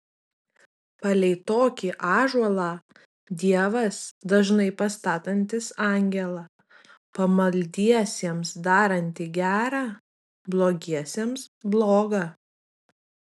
palei tokį ąžuolą dievas dažnai pastatantis angelą pamaldiesiems darantį gera blogiesiems bloga